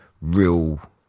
real